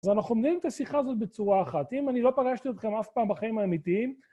אז אנחנו מביאים את השיחה הזאת בצורה אחת. אם אני לא פגשתי אתכם אף פעם בחיים האמיתיים...